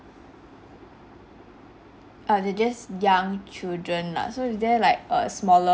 err they're just young children lah so is there like a smaller